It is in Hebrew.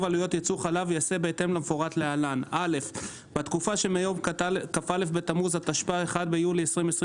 עלויות ייצור חלב ייעשה בתקופה שמיום כ"א בתמוז התשפ"א (1 ביולי 2021)